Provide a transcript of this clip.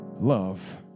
love